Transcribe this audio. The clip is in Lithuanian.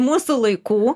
mūsų laikų